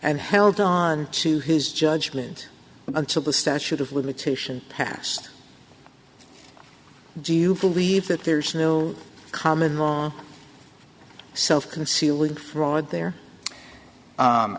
and held on to his judgment until the statute of limitation passed do you believe that there's no common law self concealing fraud there